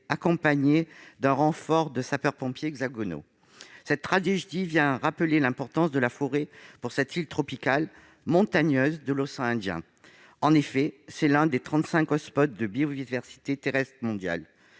accompagné d'un renfort de sapeurs-pompiers hexagonaux. Cette tragédie vient rappeler l'importance de la forêt pour cette île tropicale montagneuse de l'océan Indien. La Réunion est en effet l'un des trente-cinq de biodiversité terrestre mondiale.